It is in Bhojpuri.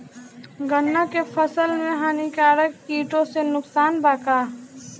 गन्ना के फसल मे हानिकारक किटो से नुकसान बा का?